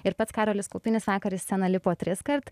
ir pats karolis kaupinis vakar į sceną lipo triskart